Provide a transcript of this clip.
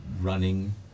running